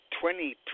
twenty